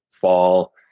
fall